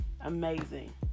Amazing